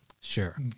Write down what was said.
Sure